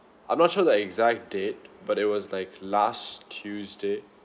I'm not sure the exact date but it was like last tuesday